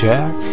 Jack